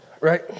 Right